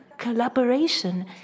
collaboration